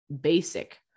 basic